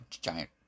giant